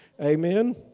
Amen